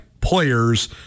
players